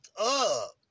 up